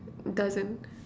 doesn't